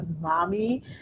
mommy